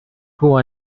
who